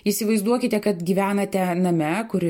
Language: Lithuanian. įsivaizduokite kad gyvenate name kur